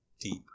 deep